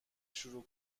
شروع